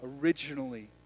originally